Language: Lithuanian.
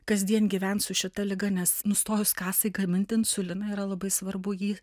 kasdien gyvent su šita liga nes nustojus kasai gaminti insuliną yra labai svarbu jį